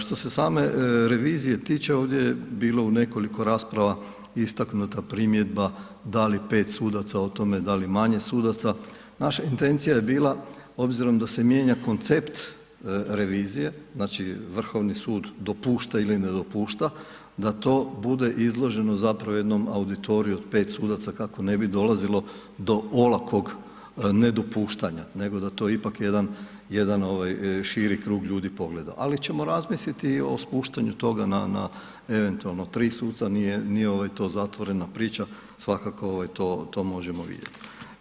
Što se same revizije tiče, ovdje je bilo u nekoliko rasprava istaknuta primjedba da li 5 sudaca o tome, da li manje sudaca, naša intencija je bila obzirom da se mijenja koncept revizije, znači Vrhovni sud dopušta ili ne dopušta da to bude izloženo zapravo jednom auditoriju od 5 sudaca kako ne bi dolazilo do olakog nedopuštanja nego da to ipak jedan širi krug ljudi pogleda ali ćemo razmisliti i o spuštanju toga na eventualno 3 suca, nije to zatvorena priča, svakako to možemo vidjeti.